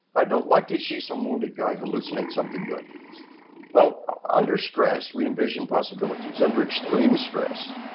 i don't like to see some wounded guy hallucinates something good well under stress we envision possibilities. under extreme stress